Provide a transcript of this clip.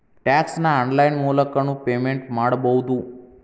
tax ನ online ಮೂಲಕನೂ payment ಮಾಡಬೌದು